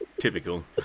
typical